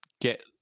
get